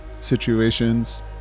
situations